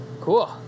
Cool